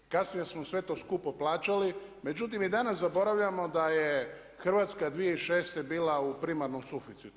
Kasnije smo sve to skupo plaćali, međutim i danas zaboravljamo da je Hrvatska 2006. bila u primarnom suficitu.